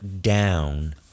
down